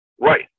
right